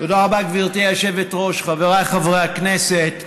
תודה רבה, גברתי היושבת-ראש, חבריי חברי הכנסת,